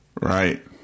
Right